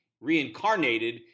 reincarnated